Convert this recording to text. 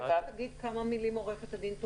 אני מציעה שלפני כן תציג את ההצעה עו"ד מירב